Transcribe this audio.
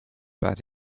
but